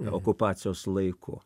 okupacijos laiku